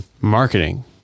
Marketing